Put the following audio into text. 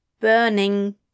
burning